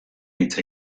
hitz